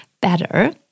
better